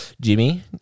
Jimmy